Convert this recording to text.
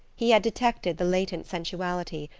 he had detected the latent sensuality,